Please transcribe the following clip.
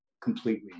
completely